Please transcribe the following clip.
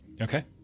Okay